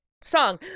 song